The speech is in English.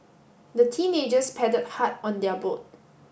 the teenagers padded hard on their boat